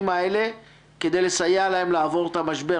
האלה כדי לסייע להם לעבור את המשבר?